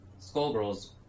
Skullgirls